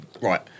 Right